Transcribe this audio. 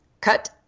cut